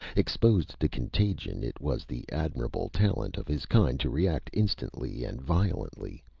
exposed to contagion, it was the admirable talent of his kind to react instantly and violently,